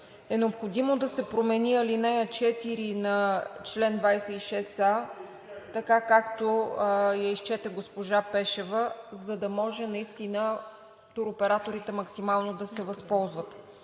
е необходимо да се промени ал. 4 на чл. 26а, така, както я изчете госпожа Пешева, за да може наистина туроператорите максимално да се възползват.